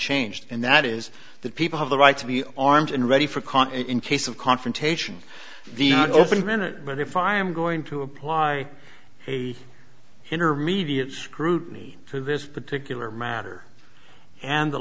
unchanged and that is that people have the right to be armed and ready for calm in case of confrontation the opening minute but if i am going to apply a intermediate scrutiny to this particular matter and the